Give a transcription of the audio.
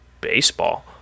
baseball